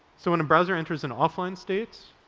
so when a browser enters an offline state,